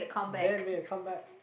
band made a comeback